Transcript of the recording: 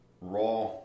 raw